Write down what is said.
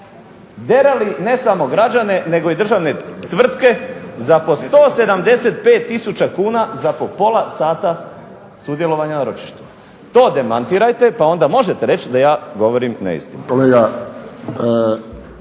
derali ne samo građane, nego i državne tvrtke za po 175 tisuća kuna za po pola sata sudjelovanja na ročištu. To demantirajte, pa onda možete reći da ja govorim neistinu.